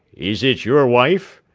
is it your wife?